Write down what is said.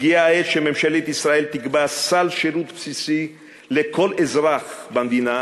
הגיעה העת שממשלת ישראל תקבע סל שירות בסיסי לכל אזרח במדינה,